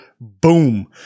boom